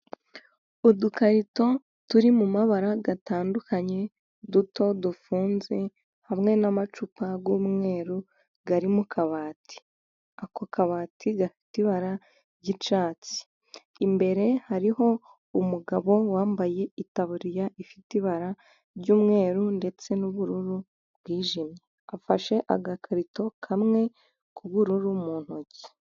Udukarito turi mu mabara atandukanye, duto dufunze hamwe n'amacupa y'umweru ari mu kabati, ako kabati gafite ibara ry'icyatsi, imbere hari umugabo wambaye itaburiya ifite ibara ry'umweru ndetse n'ubururu bwijimye, afashe agakarito kamwe k'ubururu mu ntoki.